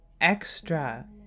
extra